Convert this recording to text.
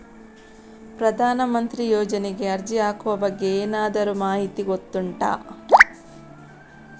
ಪ್ರಧಾನ ಮಂತ್ರಿ ಯೋಜನೆಗೆ ಅರ್ಜಿ ಹಾಕುವ ಬಗ್ಗೆ ಏನಾದರೂ ಮಾಹಿತಿ ಗೊತ್ತುಂಟ?